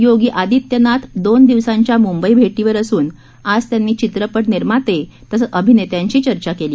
योगी आदित्यनाथ दोन दिवसांच्या मुंबई भेटीवर असून आज त्यांनी चित्रपटनिर्माते तसंच अभिनेत्यांशी चर्चा केली